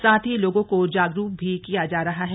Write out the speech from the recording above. साथ ही लोगों को जागरूक भी किया जा रहा है